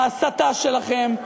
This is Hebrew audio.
בהסתה שלכם,